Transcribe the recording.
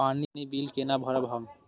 पानी बील केना भरब हम?